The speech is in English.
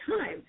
time